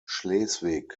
schleswig